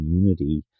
community